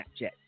Snapchat